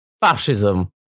Fascism